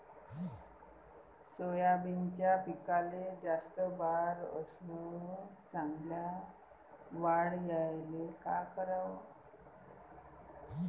सोयाबीनच्या पिकाले जास्त बार अस चांगल्या वाढ यायले का कराव?